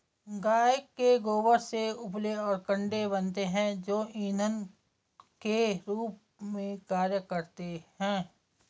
गाय के गोबर से उपले और कंडे बनते हैं जो इंधन के रूप में कार्य करते हैं